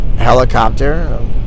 helicopter